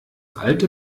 alte